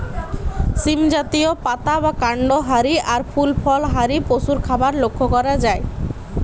সীম জাতীয়, পাতা বা কান্ড হারি আর ফুল ফল হারি পশুর খাবার লক্ষ করা যায়